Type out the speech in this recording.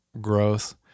growth